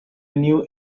new